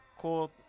cool